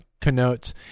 connotes